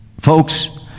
Folks